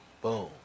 Boom